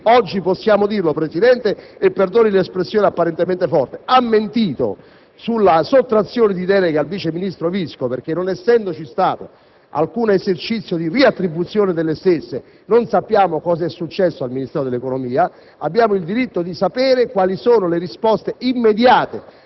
oggi possiamo dirlo, Presidente, e perdoni l'espressione apparentemente forte - a mentire sulla sottrazione di deleghe al vice ministro Visco, perché non essendoci stato alcun esercizio di riattribuzione delle stesse non sappiamo cosa è successo al Ministero dell'economia, abbiamo il diritto di sapere immediatamente quali sono le risposte del